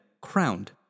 crowned